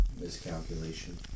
Miscalculation